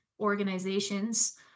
organizations